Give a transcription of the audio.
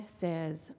says